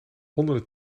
honderden